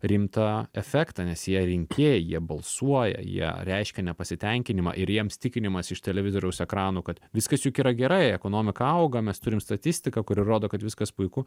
rimtą efektą nes jie rinkėjai jie balsuoja jie reiškia nepasitenkinimą ir jiems tikinimas iš televizoriaus ekranų kad viskas juk yra gerai ekonomika auga mes turim statistiką kuri rodo kad viskas puiku